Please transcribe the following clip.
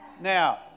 Now